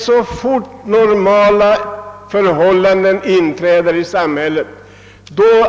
Så fort normala förhållanden inträder,